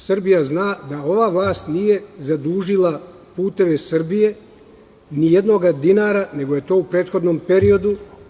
Srbija zna da ova vlast nije zadužila "Puteve Srbije" ni jedan dinar, nego je to bilo u prethodnom periodu.